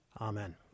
Amen